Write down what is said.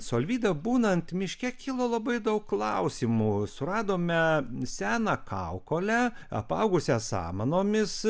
su alvyda būnant miške kilo labai daug klausimų suradome seną kaukolę apaugusią samanomis